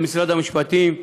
למשרד המשפטים,